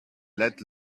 let